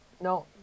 no